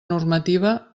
normativa